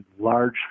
large